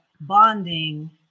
bonding